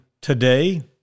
today